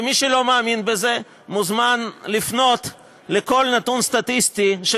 ומי שלא מאמין בזה מוזמן לפנות לכל נתון סטטיסטי של